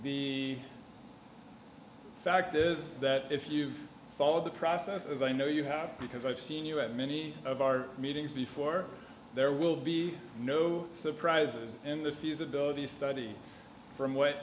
the fact is that if you follow the process as i know you have because i've seen you at many of our meetings before there will be no surprises in the feasibility study from w